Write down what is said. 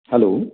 hello